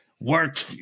work